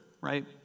right